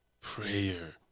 prayer